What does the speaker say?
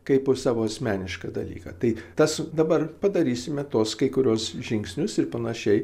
kaip savo asmenišką dalyką tai tas dabar padarysime tuos kai kuriuos žingsnius ir panašiai